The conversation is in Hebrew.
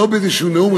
לא באיזשהו נאום.